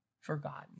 forgotten